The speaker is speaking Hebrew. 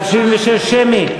על 76 שמית?